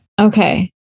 Okay